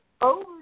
over